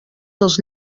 dels